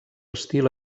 estil